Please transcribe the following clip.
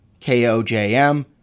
KOJM